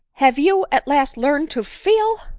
have you at last learned to feel?